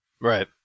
right